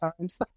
times